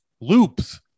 loops